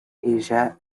asia